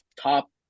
top